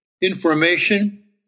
information